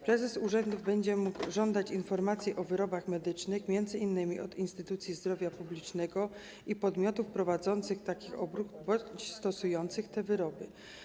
Prezes urzędu będzie mógł żądać informacji o wyrobach medycznych m.in. od instytucji zdrowia publicznego i podmiotów prowadzących taki obrót bądź stosujących te wyroby.